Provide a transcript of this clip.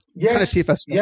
Yes